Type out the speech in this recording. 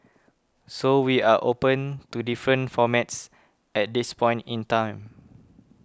so we are open to different formats at this point in time